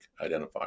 identifier